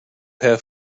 have